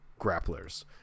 Grapplers